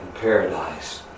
paradise